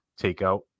takeout